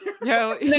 No